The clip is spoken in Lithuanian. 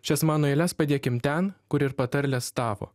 šias mano eiles padėkim ten kur ir patarles tavo